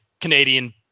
Canadian